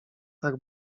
tak